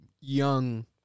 young